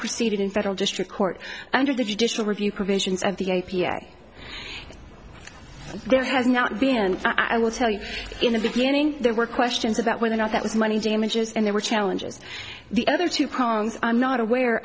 proceeded in federal district court under the judicial review commissions and the a p a there has not been and i will tell you in the beginning there were questions about whether or not that was money damages and there were challenges the other two problems i'm not aware